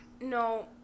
no